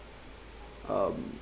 um